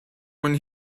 when